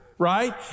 right